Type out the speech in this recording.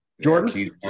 Jordan